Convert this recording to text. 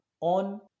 on